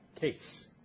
case